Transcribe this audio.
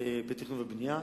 בתכנון ובנייה.